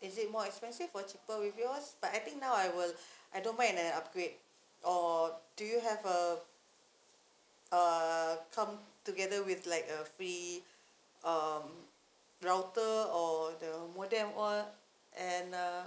is it more expensive for cheaper with yours but I think now I will I don't mind in the upgrade or do you have uh err come together with like a free um router or the modem all and uh